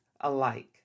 alike